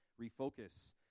refocus